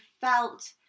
felt